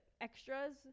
extras